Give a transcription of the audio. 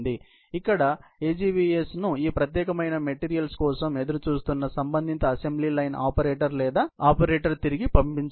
కాబట్టి ఇక్కడ AGVS ను ఈ ప్రత్యేకమైన మెటీరియల్స్ కోసం ఎదురుచూస్తున్న సంబంధిత అసెంబ్లీ లైన్ ఆపరేటర్ లేదా ఆపరేటర్ తిరిగి పంపించాలి